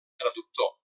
traductor